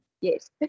Yes